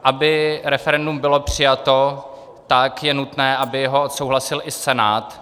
Aby referendum bylo přijato, je nutné, aby ho odsouhlasil i Senát.